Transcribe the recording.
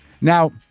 Now